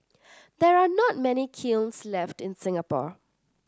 there are not many kilns left in Singapore